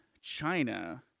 China